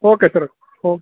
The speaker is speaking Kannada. ಓಕೆ ಸರ್ ಹಾಂ